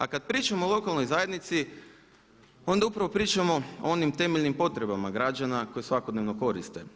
A kad pričamo o lokalnoj zajednici onda upravo pričamo o onim temeljnim potrebama građana koji je svakodnevno koriste.